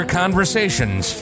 conversations